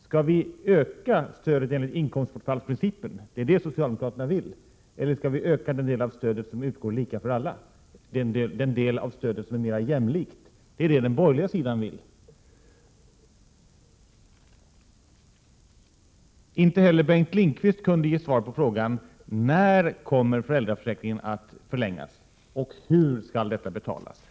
Skall vi utöka stödet enligt inkomstbortfallsprincipen, som socialdemkraterna vill, eller skall vi öka den del av stödet som utgår lika för alla, alltså den del av stödet som är mera jämlik och som vi på den borgerliga sidan vill utöka? Inte heller Bengt Lindqvist kunde ge ett svar på frågan när föräldraförsäkringen kommer att förlängas och hur detta skall betalas.